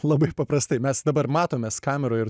labai paprastai mes dabar matomės kameroj ir